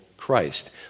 Christ